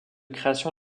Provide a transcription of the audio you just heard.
création